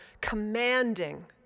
commanding